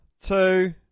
two